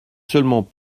seulement